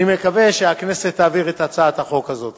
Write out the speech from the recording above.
אני מקווה שהכנסת תעביר את הצעת החוק הזאת.